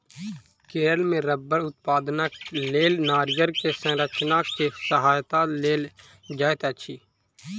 केरल मे रबड़ उत्पादनक लेल नारियल के संरचना के सहायता लेल जाइत अछि